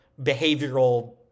behavioral